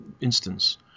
instance